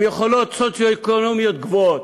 עם יכולות סוציו-אקונומיות גבוהות,